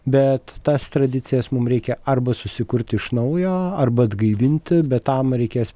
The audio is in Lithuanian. bet tas tradicijas mum reikia arba susikurti iš naujo arba atgaivinti bet tam reikės